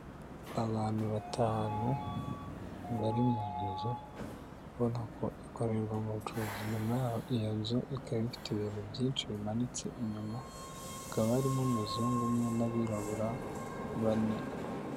Abantu batanu bari mu nzu ikorerwamo ubucuruzi, inyuma, iyo nzu ikaba ifite ibintu byinshi bimanitse; inyuma hakaba harimo umuzungu umwe n'abirabura bane.